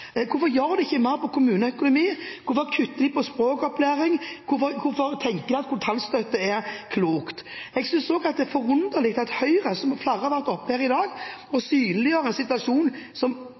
Hvorfor gjør de ikke mer når det gjelder kommuneøkonomi? Hvorfor kutter de i språkopplæring? Hvorfor tenker de at kontantstøtte er klokt? Jeg synes også det er forunderlig at Høyre – når flere har vært oppe her i dag og synliggjort en situasjon som